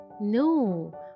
No